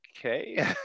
okay